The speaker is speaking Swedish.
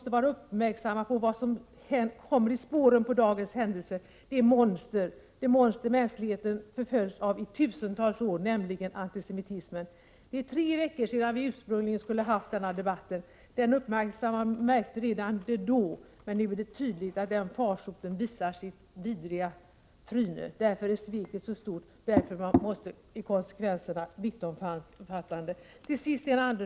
Detta skall vi uppmärksamma därför att i spåren på dagens händelse följer ett monster — det monster mänskligheten på denna jord förföljts av i tusentals år, nämligen antisemitismen. Det är tre veckor sedan vi ursprungligen skulle ha haft denna debatt. Den uppmärksamme märkte det redan då, men nu har helt tydligt denna farsot visat sitt vidriga tryne. Därför är sveket så oerhört stort, därför är konsekvenserna så vittomfattande.